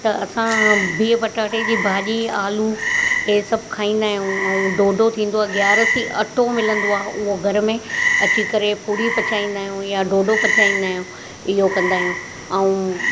त असां बिहु पटाटे जी भाॼी आलू इहे सभु खाईंदा आहियूं ऐं ॾोॾो थींदो आहे ग्यारसी अटो मिलंदो आहे उहो घर में अची करे पूड़ी पचाईंदा आहियूं या ॾोॾो पचाईंदा आहियूं इहो कंदा आहियूं ऐं